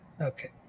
Okay